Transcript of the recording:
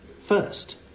first